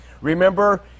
Remember